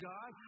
God